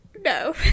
No